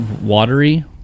watery